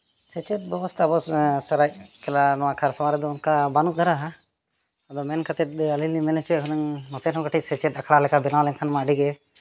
ᱥᱮᱪᱮᱫ ᱵᱮᱵᱚᱥᱛᱷᱟ ᱟᱵᱚ ᱥᱚᱨᱟᱭᱠᱮᱞᱞᱟ ᱱᱚᱣᱟ ᱠᱷᱟᱨᱥᱚᱣᱟ ᱨᱮᱫᱚ ᱚᱱᱠᱟ ᱵᱟᱹᱱᱩᱜ ᱫᱷᱟᱨᱟᱣᱟ ᱟᱫᱚ ᱢᱮᱱ ᱠᱟᱛᱮᱫ ᱟᱹᱞᱤᱧ ᱞᱤᱧ ᱢᱮᱱ ᱟᱪᱮ ᱦᱩᱱᱟᱹᱝ ᱱᱚᱛᱮ ᱨᱮᱦᱚᱸ ᱠᱟᱹᱴᱤᱡ ᱥᱮᱪᱮᱫ ᱟᱠᱷᱲᱟ ᱞᱮᱠᱟ ᱵᱮᱱᱟᱣ ᱞᱮᱱᱠᱷᱟᱱ ᱢᱟ ᱟᱹᱰᱤᱜᱮ